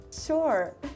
Sure